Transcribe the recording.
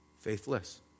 faithless